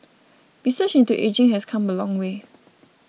research into ageing has come a long way